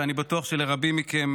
ואני בטוח שלרבים מכם,